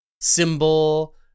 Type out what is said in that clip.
symbol